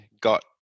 got